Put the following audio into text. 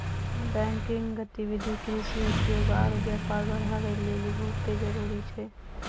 banking गतिविधि कृषि, उद्योग आरु व्यापार बढ़ाबै लेली बहुते जरुरी छै